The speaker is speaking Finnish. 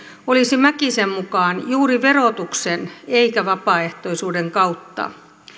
olisi mäkisen mukaan juuri verotuksen eikä vapaaehtoisuuden kautta